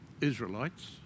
Israelites